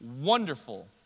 wonderful